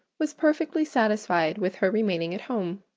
was perfectly satisfied with her remaining at home.